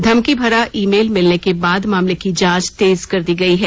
धमकी भरा email मिलने के बाद मामले की जांच तेज कर दी गयी है